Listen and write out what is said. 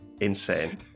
insane